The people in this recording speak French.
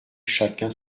chacun